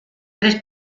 tres